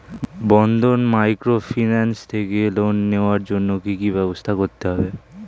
বন্ধন microfinance থেকে loan নেওয়ার জন্য কি কি ব্যবস্থা করতে হবে?